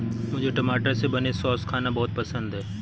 मुझे टमाटर से बने सॉस खाना बहुत पसंद है राजू